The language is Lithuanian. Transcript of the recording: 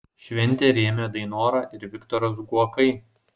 šventę rėmė dainora ir viktoras guokai